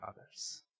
others